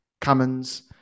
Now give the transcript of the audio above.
Cummins